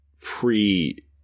pre